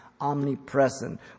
omnipresent